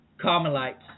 Carmelites